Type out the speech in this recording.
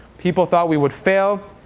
people thought we would fail.